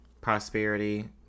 prosperity